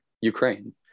Ukraine